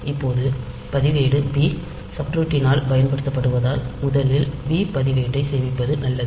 இப்போது பதிவேடு பி சப்ரூட்டினால் பயன்படுத்தப்படுவதால் முதலில் பி பதிவேட்டை சேமிப்பது நல்லது